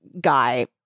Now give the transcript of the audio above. guy